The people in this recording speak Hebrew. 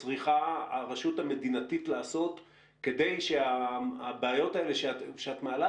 צריכה הרשות המדינתית לעשות כדי שהבעיות האלה שאת מעלה,